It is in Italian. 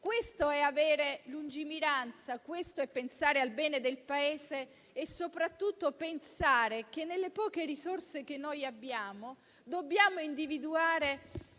Questo è avere lungimiranza, questo è pensare al bene del Paese e soprattutto pensare che, con le poche risorse che abbiamo, dobbiamo individuare